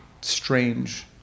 strange